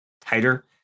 tighter